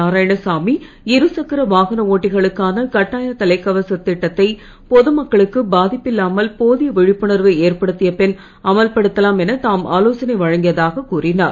நாராயணசாமி இருசக்கர வாகன ஒட்டிகளுக்கான கட்டாய தலைக்கவசத் திட்டத்தை பொதுமக்களுக்கு பாதிப்பில்லாமல் போதிய விழிப்புணர்வை ஏற்படுத்திய பின் அமல்படுத்தலாம் என தாம் ஆலோசனை வழங்கியதாகக் கூறினார்